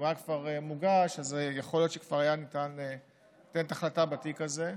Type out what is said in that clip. אם רק היה מוגש אז יכול להיות שכבר היה ניתן לתת החלטה בתיק הזה.